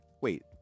wait